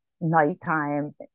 nighttime